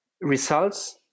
results